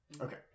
Okay